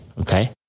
Okay